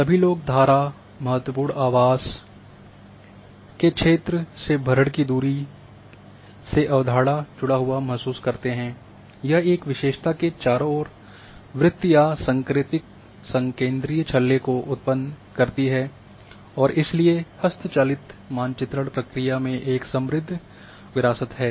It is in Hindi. सभी लोग धारा महत्वपूर्ण आवास क्षेत्र के भरण दूरी की से अवधारणा जुड़ा हुआ महसूस करते हैं यह एक विशेषता के चारों ओर वृत्त या संकेंद्रिय छल्ले को उत्पन्न करती है और इसलिए हस्तचालित मानचित्रण प्रक्रिया में एक समृद्ध विरासत है